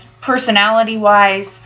personality-wise